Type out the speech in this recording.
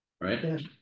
right